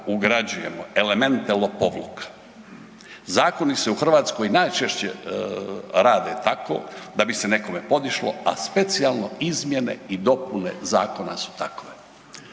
ugrađujemo elemente lopovluka. Zakoni se u Hrvatskoj najčešće rade tako da bi se nekome podišlo, a specijalno izmjene i dopune zakona su takve.